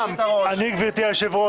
גברתי היושבת ראש,